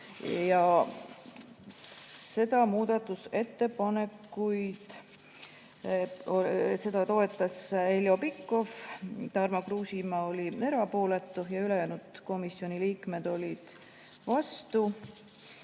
Seda muudatusettepanekut toetas Heljo Pikhof, Tarmo Kruusimäe oli erapooletu ja ülejäänud komisjoni liikmed olid vastu.